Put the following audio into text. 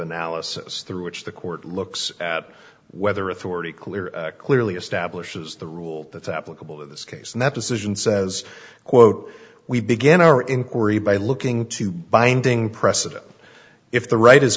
analysis through which the court looks at whether authority clear clearly establishes the rule that's applicable in this case and that decision says quote we began our inquiry by looking to binding precedent if the ri